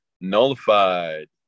nullified